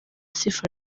sifa